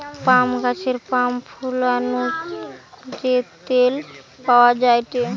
পাম গাছের পাম ফল নু যে তেল পাওয়া যায়টে